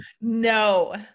No